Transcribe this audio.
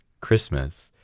Christmas